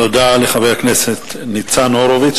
תודה לחבר הכנסת ניצן הורוביץ.